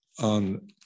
on